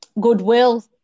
goodwill